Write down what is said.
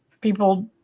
people